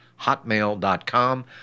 hotmail.com